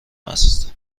است